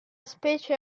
specie